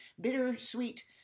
bittersweet